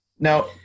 Now